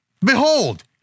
Behold